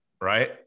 right